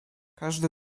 każdy